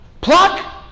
Pluck